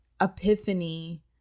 epiphany